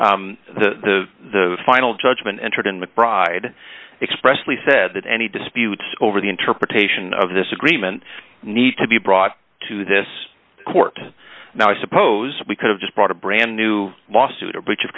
because the the final judgment entered in mcbride expressly said that any disputes over the interpretation of this agreement need to be brought to this court now i suppose we could have just bought a brand new lawsuit a breach of